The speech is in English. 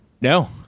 no